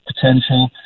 potential